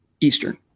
Eastern